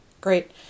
Great